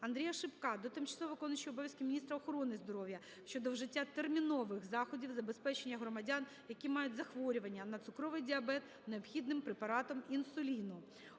АндріяШипка до тимчасово виконуючої обов'язки міністра охорони здоров'я щодо вжиття термінових заходів забезпечення громадян, які мають захворювання на цукровий діабет, необхідним препаратом інсуліну.